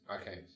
okay